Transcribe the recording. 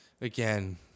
again